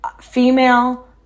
Female